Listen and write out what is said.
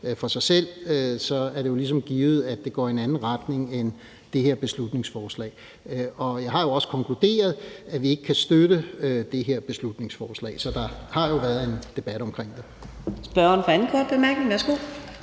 i sig selv, er det jo ligesom givet, at det går i en anden retning end det her beslutningsforslag. Jeg har også konkluderet, at vi ikke kan støtte det her beslutningsforslag, så der har jo været en debat om det.